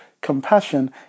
compassion